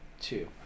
two